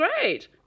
great